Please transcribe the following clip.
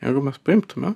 jeigu mes paimtume